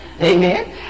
Amen